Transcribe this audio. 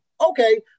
Okay